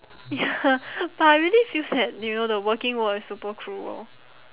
ya but I really feel that you know the working world is super cruel